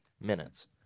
minutes